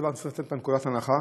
צריך לצאת מנקודת הנחה